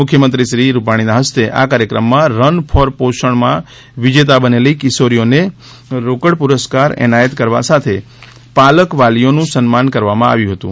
મુખ્યમંત્રીશ્રી રૂપાણીના હસ્તે આ કાર્યક્રમમાં રન ફોર પોષણ માં વિજેતા બનેલી કિશોરીઓને રોકડ પુરસ્કાર એનાયત કરવા સાથે પાલક વાલીઓનુંસન્માન કરવામાં આવ્યું હતું